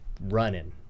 running